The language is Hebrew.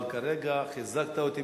אבל כרגע חיזקת אותי,